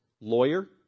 lawyer